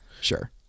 Sure